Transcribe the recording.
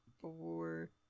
four